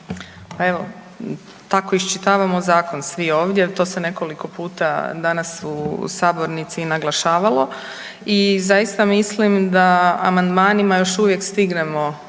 evo, tako iščitavamo zakon svi ovdje, to se nekoliko puta danas u sabornici i naglašavalo i zaista mislim da amandmanima još uvijek stignemo